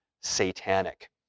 satanic